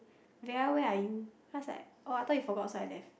Vera where are you then I was like oh I thought you forgot so I left